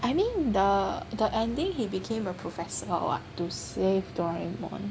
I mean the the ending he became a professor or what to save Doraemon